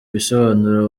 bisobanuro